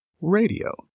radio